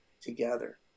together